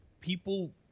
people